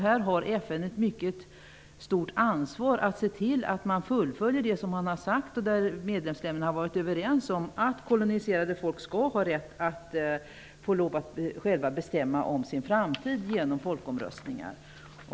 Här har FN ett mycket stort ansvar att se till att man fullföljer det som har sagts. Medlemsländerna har varit överens om att koloniserade folk skall ha rätt att själva bestämma om sin framtid genom folkomröstningar.